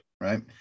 Right